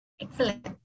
Excellent